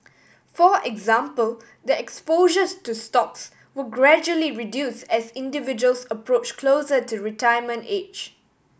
for example the exposures to stocks will gradually reduce as individuals approach closer to retirement age